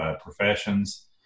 professions